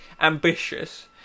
ambitious